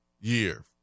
year